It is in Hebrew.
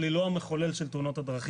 אבל היא לא המחולל של תאונות הדרכים.